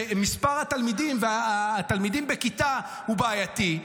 שמספר התלמידים בכיתה הוא בעייתי,